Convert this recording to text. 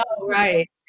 right